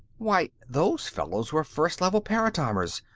why, those fellows were first level paratimers.